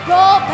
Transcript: Roll